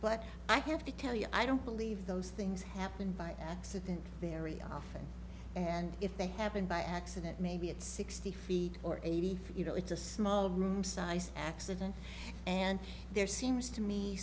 but i have to tell you i don't believe those things happen by accident very often and if they happen by accident maybe it's sixty feet or eighty you know it's a small room sized accident and there seems to me